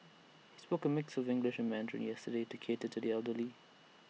he spoke in A mix of English and Mandarin yesterday to cater to the elderly